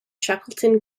shackleton